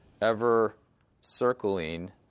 ever-circling